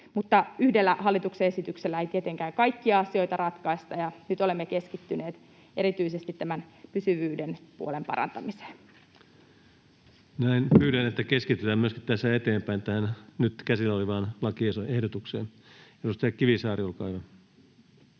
yhdellä hallituksen esityksellä ei tietenkään kaikkia asioita ratkaista, ja nyt olemme keskittyneet erityisesti tämän pysyvyyspuolen parantamiseen. Näin. — Pyydän, että keskitytään myöskin tästä eteenpäin tähän nyt käsillä olevaan lakiehdotukseen. — Edustaja Kivisaari, olkaa